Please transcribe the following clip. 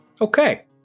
Okay